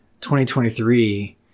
2023